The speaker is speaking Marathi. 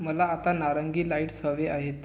मला आता नारंगी लाईट्स हवे आहेत